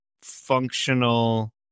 functional